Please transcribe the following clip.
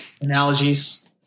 analogies